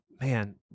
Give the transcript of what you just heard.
man